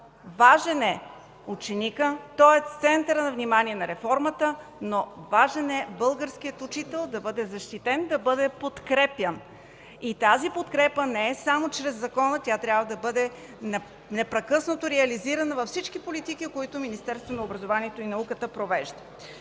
Важен е ученикът, той е в центъра на вниманието на реформата, но важен е и българският учител – да бъде защитен, да бъде подкрепян. Тази подкрепа не е само чрез закона, тя трябва да бъде непрекъснато реализирана във всички политики, които Министерството на образованието и науката провежда.